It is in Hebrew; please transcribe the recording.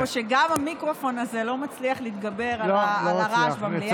נאמר לי פה שגם המיקרופון הזה לא מצליח להתגבר על הרעש במליאה.